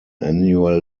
annual